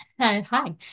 Hi